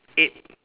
ape